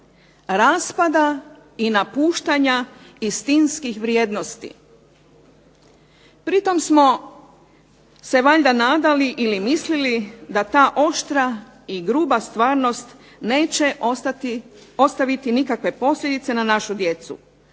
raspada i napuštanja istinskih vrijednosti. Pri tom smo se valjda nadali ili mislili da ta oštra i gruba stvarnost neće ostaviti nikakve posljedice na našu djecu.